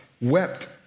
wept